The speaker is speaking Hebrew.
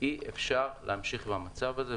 אי אפשר להמשיך עם המצב הזה,